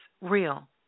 real